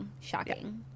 Shocking